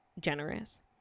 generous